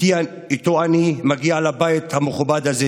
ואיתו אני מגיע אל הבית המכובד הזה